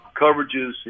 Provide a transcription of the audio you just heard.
coverages